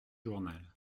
journal